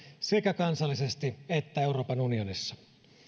sekä kansallisesti että euroopan unionissa